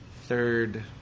Third